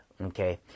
Okay